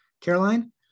Caroline